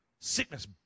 Sickness